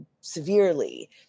severely